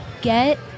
Get